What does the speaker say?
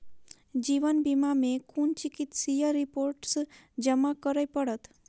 जीवन बीमा मे केँ कुन चिकित्सीय रिपोर्टस जमा करै पड़त?